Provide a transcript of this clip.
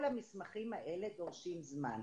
כל המסמכים האלה דורשים זמן.